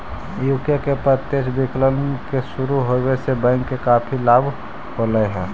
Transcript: UK में प्रत्यक्ष विकलन के शुरू होवे से बैंक के काफी लाभ होले हलइ